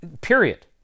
Period